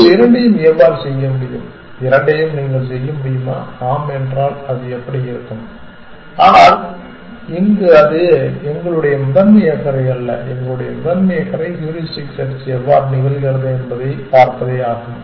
நீங்கள் இரண்டையும் எவ்வாறு செய்ய முடியும் இரண்டையும் நீங்கள் செய்ய முடியுமா ஆம் என்றால் அது எப்படி இருக்கும் ஆனால் இங்கு அது எங்களுடைய முதன்மை அக்கறை அல்ல எங்களுடைய முதன்மை அக்கறை ஹூரிஸ்டிக் செர்ச் எவ்வாறு நிகழ்கிறது என்பதைப் பார்ப்பதே ஆகும்